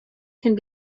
can